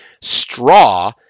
Straw